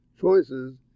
choices